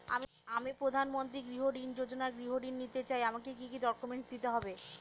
আমি প্রধানমন্ত্রী গৃহ ঋণ যোজনায় গৃহ ঋণ নিতে চাই আমাকে কি কি ডকুমেন্টস দিতে হবে?